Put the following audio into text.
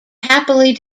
happily